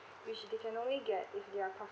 you should you can only get if they are profitable